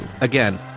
Again